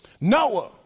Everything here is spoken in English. Noah